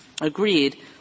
agreed